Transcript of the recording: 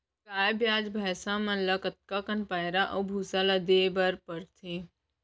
गाय ब्याज भैसा मन ल कतका कन पैरा अऊ भूसा ल देये बर पढ़थे?